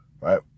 Right